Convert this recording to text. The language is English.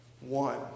one